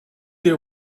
they